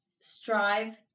strive